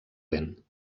vent